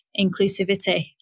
inclusivity